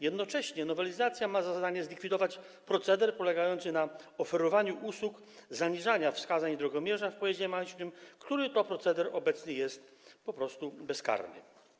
Jednocześnie nowelizacja ma za zadanie zlikwidować proceder polegający na oferowaniu usług zaniżania wskazań drogomierza w pojeździe mechanicznym, który to proceder obecnie jest bezkarny.